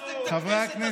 חוצפה ועזות מצח, חבר הכנסת